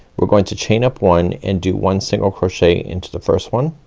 we're going to chain up one, and do one single crochet into the first one.